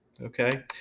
okay